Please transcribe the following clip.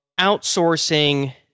outsourcing